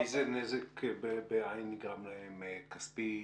איזה נזק בעין נגרם להם, כספי,